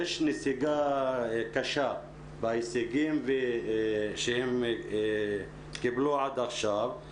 יש נסיגה קשה בהישגים שהם השיגו עד עכשיו.